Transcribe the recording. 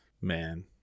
man